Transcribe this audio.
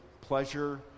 Pleasure